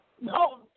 No